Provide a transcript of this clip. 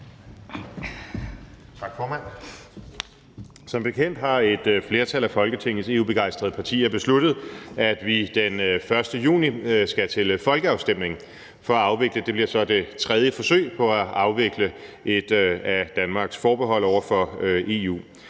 Som bekendt har et flertal af Folketingets EU-begejstrede partier besluttet, at vi den 1. juni skal til folkeafstemning, og det bliver så det tredje forsøg på at afvikle et af Danmarks forbehold over for EU.